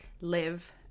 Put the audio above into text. live